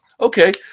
Okay